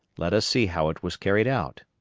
let us see how it was carried out.